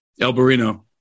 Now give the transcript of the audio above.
Alberino